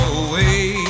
away